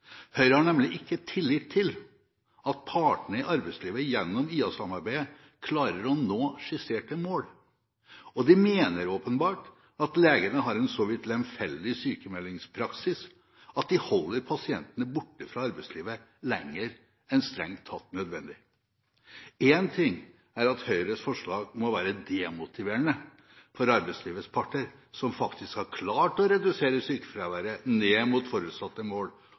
Høyre har nemlig ikke tillit til at partene i arbeidslivet, gjennom IA-samarbeidet, klarer å nå skisserte mål, og de mener åpenbart at legene har en så vidt lemfeldig sykemeldingspraksis at de holder pasientene borte fra arbeidslivet lenger enn strengt tatt nødvendig. En ting er at Høyres forslag må være demotiverende for arbeidslivets parter, som faktisk har klart å redusere sykefraværet ned mot forutsatte mål,